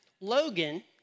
Logan